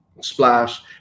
splash